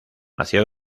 nació